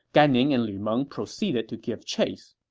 gan ning and lu meng proceeded to give chase.